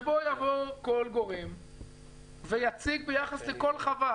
שיבוא כל גורם ויציג ביחס לכל חווה.